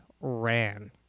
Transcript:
ran